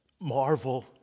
Marvel